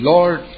Lord